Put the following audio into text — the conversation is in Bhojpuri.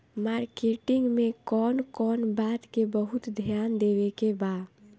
मार्केटिंग मे कौन कौन बात के बहुत ध्यान देवे के बा?